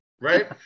right